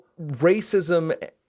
racism